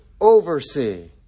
oversee